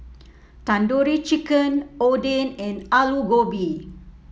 Tandoori Chicken Oden and Alu Gobi